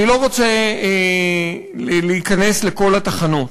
אני לא רוצה להיכנס לכל התחנות.